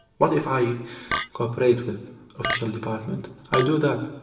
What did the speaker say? what if i cooperate with official department? i do that.